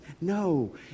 No